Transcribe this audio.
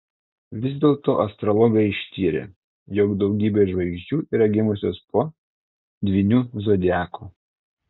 vis dėlto astrologai ištyrė jog daugybė žvaigždžių yra gimusios po dvyniu zodiaku